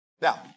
Now